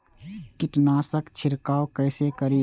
कीट नाशक छीरकाउ केसे करी?